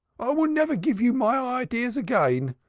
i vill never gif you mine ideas again!